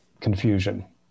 confusion